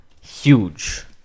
Huge